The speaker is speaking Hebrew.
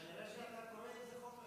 כנראה שאתה קורא איזה חוק אחר.